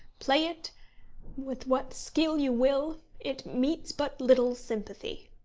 play it with what skill you will, it meets but little sympathy